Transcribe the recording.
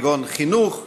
כגון חינוך,